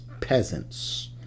peasants